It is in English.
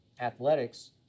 Athletics